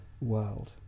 world